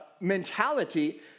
mentality